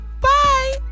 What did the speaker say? Bye